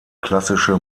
klassische